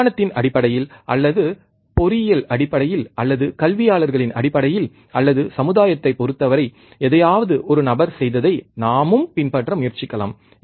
விஞ்ஞானத்தின் அடிப்படையில் அல்லது பொறியியல் அடிப்படையில் அல்லது கல்வியாளர்களின் அடிப்படையில் அல்லது சமுதாயத்தைப் பொறுத்தவரை எதையாவது ஒரு நபர் செய்ததை நாமும் பின்பற்ற முயற்சிக்கலாம்